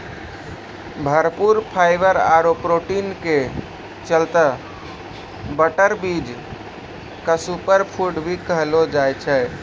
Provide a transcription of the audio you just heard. भरपूर फाइवर आरो प्रोटीन के चलतॅ बटर बीन क सूपर फूड भी कहलो जाय छै